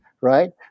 right